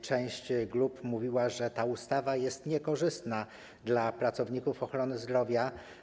Część grup mówiła, że ta ustawa jest niekorzystna dla pracowników ochrony zdrowia.